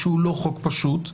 שהוא לא חוק פשוט,